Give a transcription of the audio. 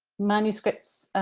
manuscripts,